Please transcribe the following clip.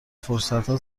فرصتها